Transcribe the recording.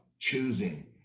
choosing